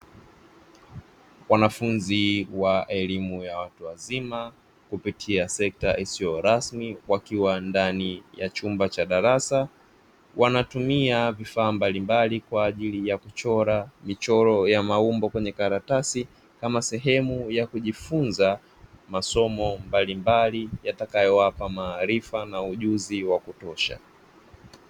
Wanafunzi wa elimu ya watu wazima, kupitia sekta isiyo rasmi wakiwa ndani ya chumba cha darasa, wanatumia vifaa mbalimbali kwa ajili ya kuchora michoro ya maumbo kwenye karatasi; kama sehemu ya kujifunza masomo mbalimbali yatakayowapa maarifa na ujuzi wa kutosha.